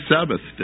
Sabbath